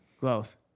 Growth